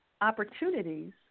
opportunities